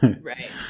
Right